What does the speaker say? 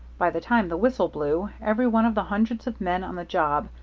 by the time the whistle blew, every one of the hundreds of men on the job,